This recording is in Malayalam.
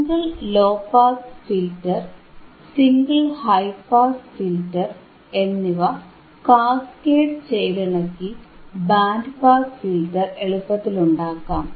single low pass filter single high pass filter എന്നിവ കാസ്കേഡ് ചെയ്തിണക്കി ബാൻഡ് പാസ് ഫിൽറ്റർ എളുപ്പത്തിലുണ്ടാക്കാം